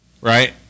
Right